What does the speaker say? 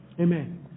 Amen